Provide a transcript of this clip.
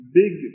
big